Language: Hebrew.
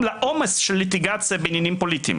לעומס של ליטיגציה בעניינים פוליטיים,